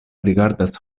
rigardas